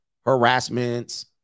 harassments